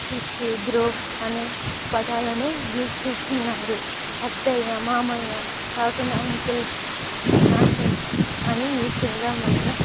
sis bro అనే పదాలను use చేస్తున్నారు అత్తయ్య మామయ్య కాకుండా అంకుల్ ఆంటీ అని యూజ్ చెయ్యడం వలన